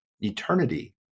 eternity